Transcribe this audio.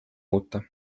muuta